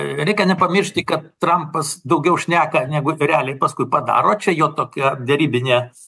reikia nepamiršti kad trampas daugiau šneka negu realiai paskui padaro čia jo tokia derybinė